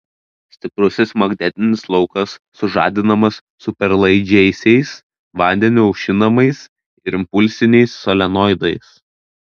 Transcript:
stiprusis magnetinis laukas sužadinamas superlaidžiaisiais vandeniu aušinamais ir impulsiniais solenoidais